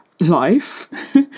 life